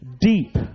deep